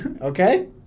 Okay